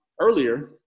earlier